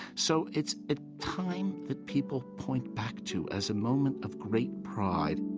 so it's a time that people point back to as a moment of great pride